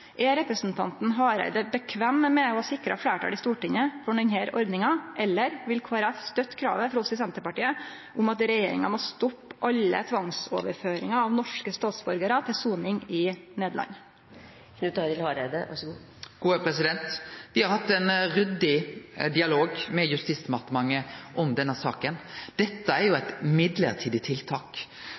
Er representanten Hareide komfortabel med å sikre fleirtal i Stortinget for denne ordninga, eller vil Kristeleg Folkeparti støtte kravet frå oss i Senterpartiet om at regjeringa må stoppe alle tvangsoverføringar av norske statsborgarar til soning i Nederland? Me har hatt ein ryddig dialog med Justisdepartementet om denne saka. Dette er eit mellombels tiltak.